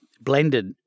blended